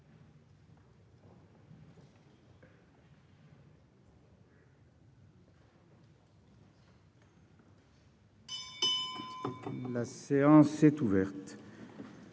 La séance est ouverte.